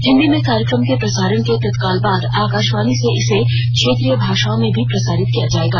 हिन्दी में कार्यक्रम के प्रसारण के तत्कारल बाद आकाशवाणी से इसे क्षेत्रीय भाषाओं में भी प्रसारित किया जाएगा